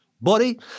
body